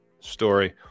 story